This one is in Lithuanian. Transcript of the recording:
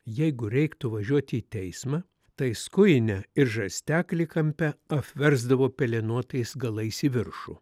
jeigu reiktų važiuoti į teismą tai skujinę ir žarsteklį kampe apversdavo pelenuotais galais į viršų